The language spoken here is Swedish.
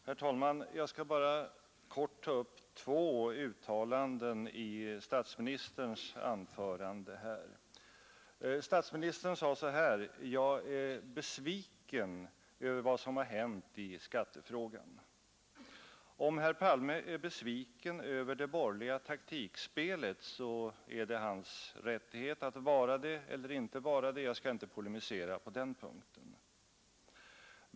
Herr talman! Jag skall bara kort ta upp två uttalanden i statsministerns anförande här. Statsministern sade: Jag är besviken över vad som hänt i skattefrågan. Om herr Palme är besviken över det borgerliga taktikspelet, så är det hans rättighet. Jag skall inte polemisera på den punkten.